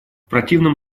противном